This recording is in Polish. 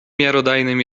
miarodajnym